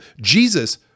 Jesus